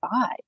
five